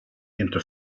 into